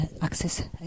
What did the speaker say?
access